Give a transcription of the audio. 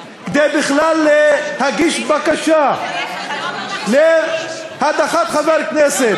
כדי בכלל להגיש בקשה להדחת חבר כנסת.